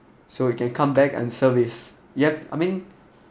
so you can come back and service yep I mean